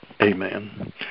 Amen